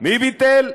מי ביטל?